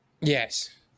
Yes